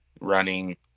running